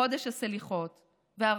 בחודש הסליחות והרחמים,